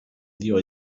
dio